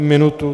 Minutu.